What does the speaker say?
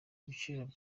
ibiciro